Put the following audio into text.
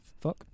fuck